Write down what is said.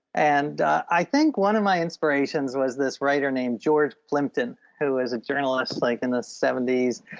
and i think one of my inspirations was this writer named george clinton, who is a journalist like in the seventy s,